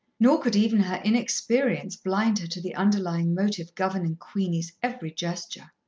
nor could even her inexperience blind her to the underlying motive governing queenie's every gesture.